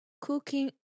cooking